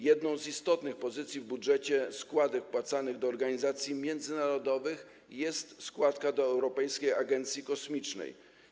Jedną z istotnych pozycji w budżecie składek wpłacanych do organizacji międzynarodowych jest składka do Europejskiej Agencji Kosmicznej.